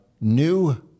new